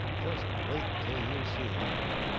just wait till you see her!